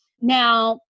Now